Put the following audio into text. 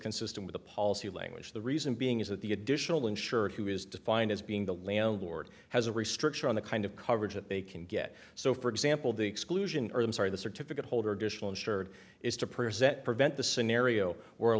consistent with a policy language the reason being is that the additional insurer who is defined as being the landlord has a restriction on the kind of coverage that they can get so for example the exclusion or i'm sorry the certificate holder additional insured is to present prevent the scenario